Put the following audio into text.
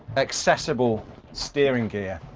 accessible steering gear,